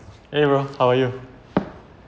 !hey! bro how are you